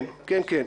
כן, כן.